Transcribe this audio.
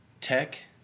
tech